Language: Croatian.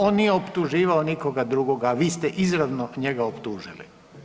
On nije optuživao nikoga drugoga, vi ste izravno njega optužili.